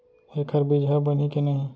एखर बीजहा बनही के नहीं?